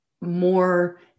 more